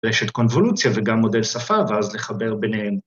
‫רשת קונוולוציה וגם מודל שפה, ‫ואז לחבר ביניהם.